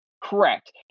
Correct